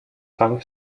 punk